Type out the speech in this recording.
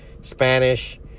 Spanish